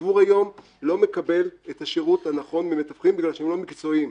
הציבור היום לא מקבל את השירות הנכון ממתווכים מכיוון שהם לא מקצועיים.